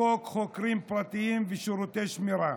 לחוק חוקרים פרטיים ושירותי שמירה,